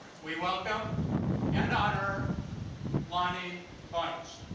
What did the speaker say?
we welcome and honor lonnie bunch.